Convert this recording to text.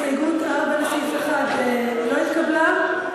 הסתייגות 4 לסעיף 1 לא התקבלה.